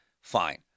Fine